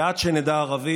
ועד שנדע ערבית,